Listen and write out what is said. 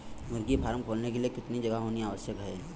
मुर्गी फार्म खोलने के लिए कितनी जगह होनी आवश्यक है?